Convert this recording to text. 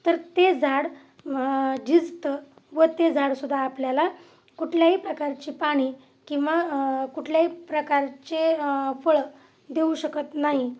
तर ते झाड झिजतं व ते झाडसुद्धा आपल्याला कुठल्याही प्रकारची पाणी किंवा कुठल्याही प्रकारचे फळं देऊ शकत नाही